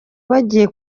bagiye